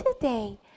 today